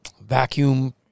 vacuum